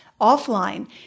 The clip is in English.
offline